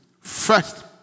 first